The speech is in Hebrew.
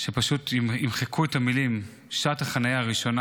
שפשוט יימחקו המילים "שעת החניה הראשונה".